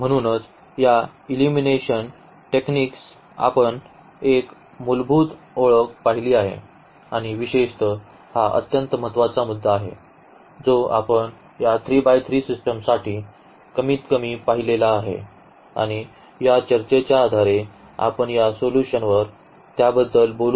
म्हणूनच या एलिमिनेशन टेक्निक्सची आपण एक मूलभूत ओळख पाहिली आहे आणि विशेषतः हा अत्यंत महत्वाचा मुद्दा आहे जो आपण या 3 बाय 3 सिस्टमसाठी कमीतकमी पाहिलेला आहे आणि या चर्चेच्या आधारे आपण या सोल्यूशनवर त्याबद्दल बोलू शकतो